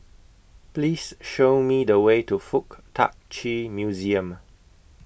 Please Show Me The Way to Fuk Tak Chi Museum